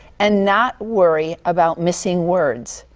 and not worry about missing words.